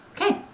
Okay